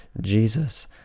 Jesus